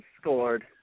scored